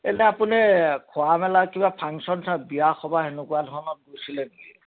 এনেই আপুনি খোৱা মেলা কিবা ফাংচন বিয়া সবাহ এনেকুৱা ধৰণত গৈছিলে নেকি